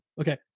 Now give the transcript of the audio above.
Okay